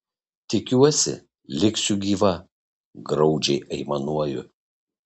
tikiuosi liksiu gyva graudžiai aimanuoju